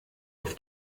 auf